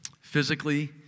Physically